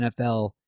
NFL